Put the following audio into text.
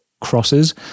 crosses